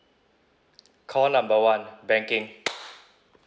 call number one banking